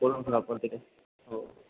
हो